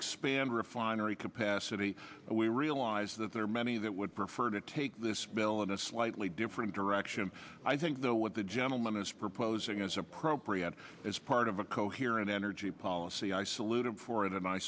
expand refinery capacity and we realize that there are many that would prefer to take this bill in a slightly different direction i think though what the gentleman is proposing is appropriate as part of a coherent energy policy i salute him for it and i